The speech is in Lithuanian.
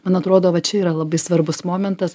man atrodo va čia yra labai svarbus momentas